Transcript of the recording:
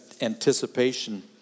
anticipation